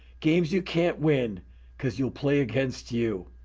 games you can't win cause you'll play against you.